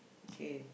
k